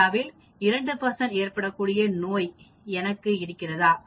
இந்தியாவில் 2 ஏற்படக் கூடிய நோய் எனக்குஇருக்கிறதா